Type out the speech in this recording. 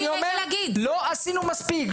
אני אומר לא עשינו מספיק,